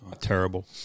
Terrible